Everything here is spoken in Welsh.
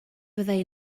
fyddai